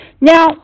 Now